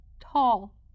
Tall